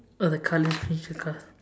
oh the colours the car